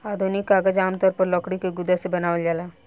आधुनिक कागज आमतौर पर लकड़ी के गुदा से बनावल जाला